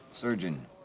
Surgeon